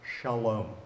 Shalom